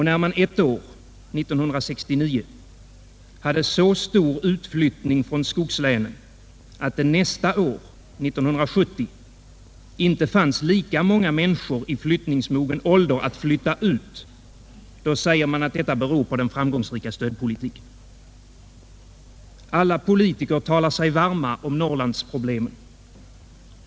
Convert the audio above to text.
När man ett år, 1969, hade så stor utflyttning från skogslänen att det nästa år, 1970, inte fanns lika många människor i flyttningsmogen ålder att flytta ut — då säger man att detta beror på den framgångsrika stödpolitiken. Alla politiker talar sig varma om Norrlandsproblemen.